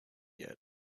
yet